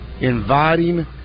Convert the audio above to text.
inviting